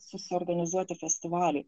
susiorganizuoti festivalį